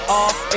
off